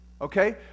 okay